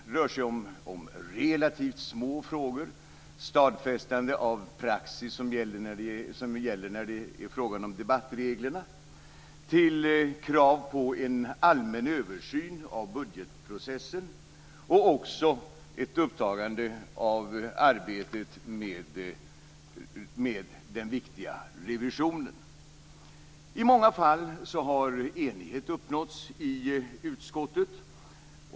Det rör sig från relativt små frågor som stadfästande av praxis för debattreglerna till krav på en allmän översyn av budgetprocessen och också ett upptagande av arbetet med den viktiga revisionen. I många fall har enighet uppnåtts i utskottet.